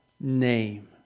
name